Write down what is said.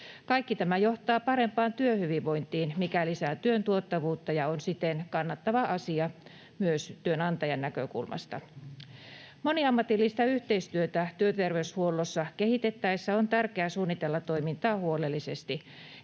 Kaikki tämä johtaa parempaan työhyvinvointiin, mikä lisää työn tuottavuutta ja on siten kannattava asia myös työnantajan näkökulmasta. Moniammatillista yhteistyötä työterveyshuollossa kehitettäessä on tärkeää suunnitella toimintaa huolellisesti.